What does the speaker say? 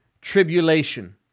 tribulation